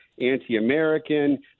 anti-American